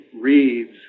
reads